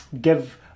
give